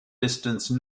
distance